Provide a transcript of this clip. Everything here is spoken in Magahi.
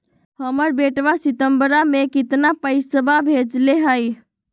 हमर बेटवा सितंबरा में कितना पैसवा भेजले हई?